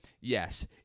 yes